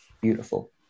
beautiful